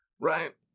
right